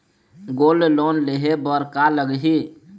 Gold loan लेहे बर का लगही?